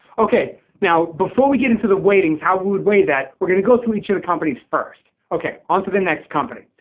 ok now before we get into the weightings how we would weigh that we're going to go through each of the companies first. ok onto the next company.